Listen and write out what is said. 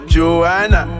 Joanna